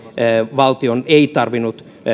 valtion ei tarvinnut